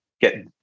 get